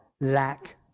lack